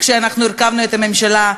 כשהרכבנו את הממשלה,